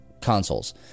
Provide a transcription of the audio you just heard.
consoles